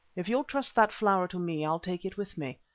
if you'll trust that flower to me i'll take it with me.